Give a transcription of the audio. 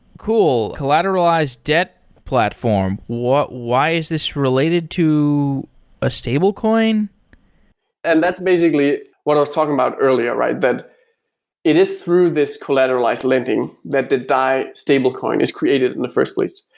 cool, collateralized debt platform. why is this related to a stablecoin? and that's basically what i was talking about earlier, right? that it is through this collateralized lending that the dai stablecoin is created in the first place.